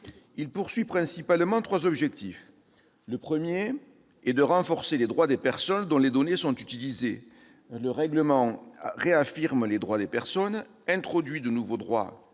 poursuivent principalement trois objectifs. Il s'agit, premier objectif, de renforcer les droits des personnes dont les données sont utilisées : le règlement réaffirme les droits des personnes, introduit de nouveaux droits